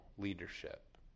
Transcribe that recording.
leadership